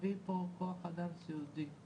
להביא לפה כוח אדם סיעודי.